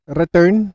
return